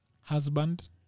husband